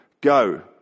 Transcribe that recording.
Go